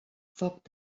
foc